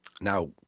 Now